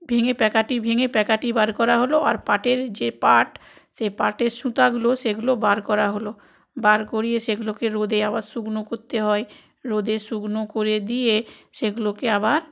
ভেঙে প্যাকাটি ভেঙে প্যাকাটি বার করা হলো আর পাটের যে পাট সে পাটের সুতাগুলো সেগুলো বার করা হলো বার করিয়ে সেগুলোকে রোদে আবার শুকনো করতে হয় রোদে শুকনো করে দিয়ে সেগুলোকে আবার